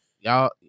y'all